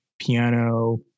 piano